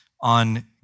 on